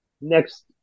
next